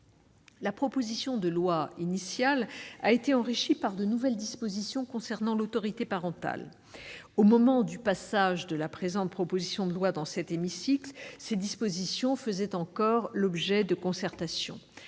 La proposition de loi initiale a été enrichie par de nouvelles dispositions concernant l'autorité parentale. Au moment du passage de la présente proposition de loi dans cet hémicycle, ces dispositions faisaient encore l'objet de concertations.